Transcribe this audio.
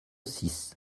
six